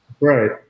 Right